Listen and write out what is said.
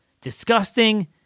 disgusting